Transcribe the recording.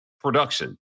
production